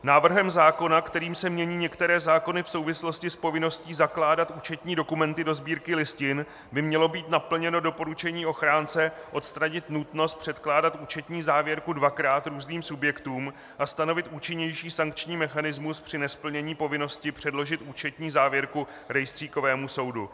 Návrhem zákona, kterým se mění některé zákony v souvislosti s povinností zakládat účetní dokumenty do Sbírky listin, by mělo být naplněno doporučení ochránce odstranit nutnost předkládat účetní závěrku dvakrát různým subjektům a stanovit účinnější sankční mechanismus při nesplnění povinnosti předložit účetní závěrku rejstříkovému soudu.